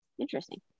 Interesting